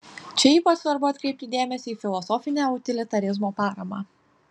čia ypač svarbu atkreipti dėmesį į filosofinę utilitarizmo paramą